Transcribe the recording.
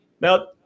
now